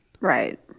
Right